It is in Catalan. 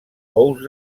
ous